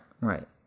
Right